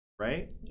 right